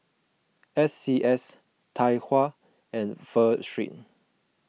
S C S Tai Hua and Pho Street